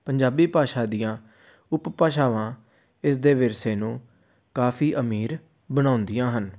ਪੰਜਾਬੀ ਭਾਸ਼ਾ ਦੀਆਂ ਉਪ ਭਾਸ਼ਾਵਾਂ ਇਸਦੇ ਵਿਰਸੇ ਨੂੰ ਕਾਫੀ ਅਮੀਰ ਬਣਾਉਂਦੀਆਂ ਹਨ